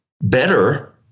better